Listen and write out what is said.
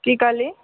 की कहलीही